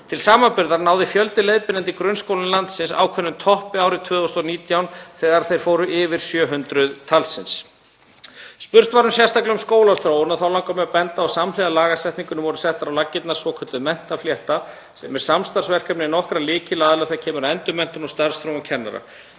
Til samanburðar náði fjöldi leiðbeinenda í grunnskólum landsins ákveðnum toppi árið 2019 þegar þeir fóru yfir 700 talsins. Spurt var sérstaklega um skólaþróun og þá langar mig að benda á að samhliða lagasetningunni var sett á laggirnar svokölluð Menntaflétta sem er samstarfsverkefni nokkurra lykilaðila þegar kemur að endurmenntun og starfsþróun kennara.